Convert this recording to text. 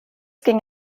ging